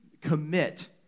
commit